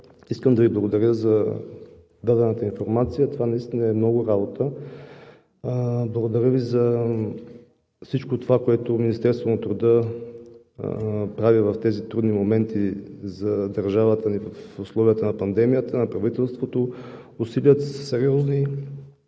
искам да Ви благодаря за дадената информация. Това наистина е много работа. Благодаря Ви за всичко това, което Министерството на труда прави в тези трудни моменти за държавата ни в условията на пандемията, усилията на правителството са сериозни